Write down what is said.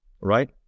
right